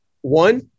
One